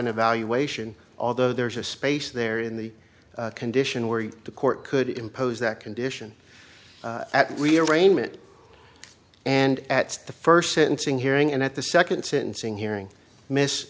an evaluation although there's a space there in the condition where the court could impose that condition at rearrangement and at the first sentencing hearing and at the second sentencing hearing miss